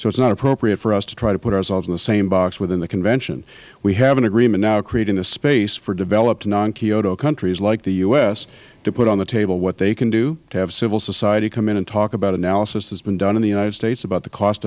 so it is not appropriate for us to try to put ourselves in the same box within the convention we have an agreement now creating the space for developed non kyoto countries like the u s to put on the table what they can do to have civil society come in and talk about analysis that has been done in the united states about the cost